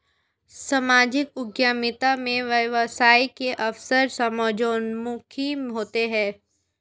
सामाजिक उद्यमिता में व्यवसाय के अवसर समाजोन्मुखी होते हैं